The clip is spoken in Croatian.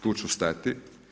Tu ću stati.